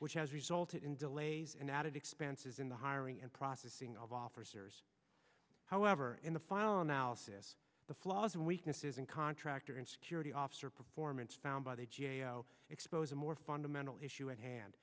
which has resulted in delays and added expenses in the hiring and processing of officers however in the final analysis the flaws and weaknesses in contractor and security officer performance found by the g a o expose a more fundamental issue at hand